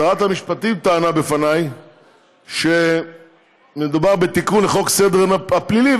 שרת המשפטים טענה בפניי שמדובר בתיקון לחוק סדר הדין הפלילי,